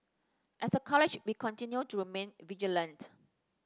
as a college we continue to remain vigilant